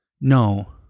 no